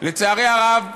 לצערי הרב,